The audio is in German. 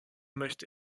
möchte